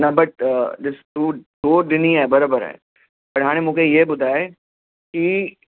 न बट ॾिसु तूं हो ॾिनी आहे बरोबर आहे त हाणे मूंखे हे ॿुधाए की